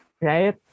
Right